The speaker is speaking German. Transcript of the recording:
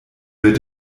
wird